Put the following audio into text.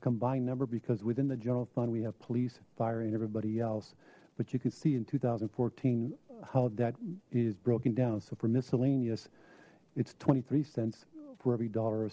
combined number because within the general fund we have police firing everybody else but you can see in two thousand and fourteen how that is broken down so for miscellaneous it's twenty three cents for every dollar